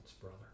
brother